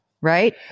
right